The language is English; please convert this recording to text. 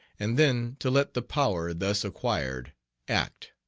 and then to let the power thus acquired act.